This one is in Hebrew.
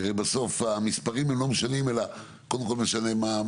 כי בסוף המספרים לא משנים אלא קודם כל משנה.